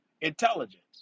intelligence